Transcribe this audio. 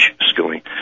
schooling